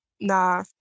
nah